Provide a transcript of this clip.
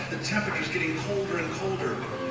the temperature is getting colder and colder.